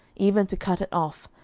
even to cut it off,